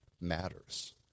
matters